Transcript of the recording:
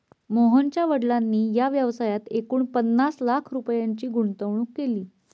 मोहनच्या वडिलांनी या व्यवसायात एकूण पन्नास लाख रुपयांची गुंतवणूक केली